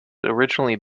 originally